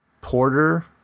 porter